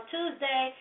Tuesday